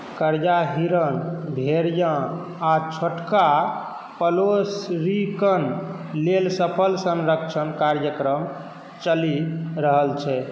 करिया हिरण भेड़िया आ छोटका पलेसरीकन लेल सफल संरक्षण कार्यक्रम चलि रहल छै